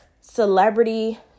celebrity